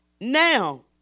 Now